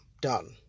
done